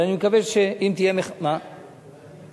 אבל אני מקווה שאם תהיה מחאה, אולי תהיה ברית,